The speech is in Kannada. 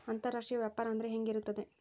ಅಂತರಾಷ್ಟ್ರೇಯ ವ್ಯಾಪಾರ ಅಂದರೆ ಹೆಂಗೆ ಇರುತ್ತದೆ?